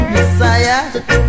Messiah